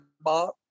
Bob